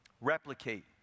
Replicate